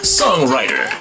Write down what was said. songwriter